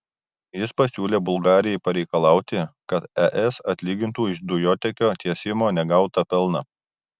jis pasiūlė bulgarijai pareikalauti kad es atlygintų iš dujotiekio tiesimo negautą pelną